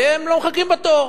והם לא מחכים בתור.